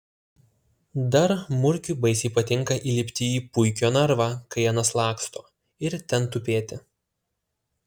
dar murkiui baisiai patinka įlipti į puikio narvą kai anas laksto ir ten tupėti